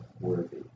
worthy